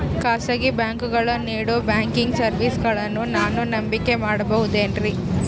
ಖಾಸಗಿ ಬ್ಯಾಂಕುಗಳು ನೇಡೋ ಬ್ಯಾಂಕಿಗ್ ಸರ್ವೇಸಗಳನ್ನು ನಾನು ನಂಬಿಕೆ ಮಾಡಬಹುದೇನ್ರಿ?